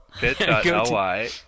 bit.ly